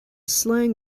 slang